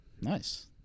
nice